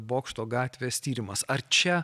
bokšto gatvės tyrimas ar čia